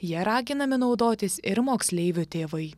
ja raginami naudotis ir moksleivių tėvai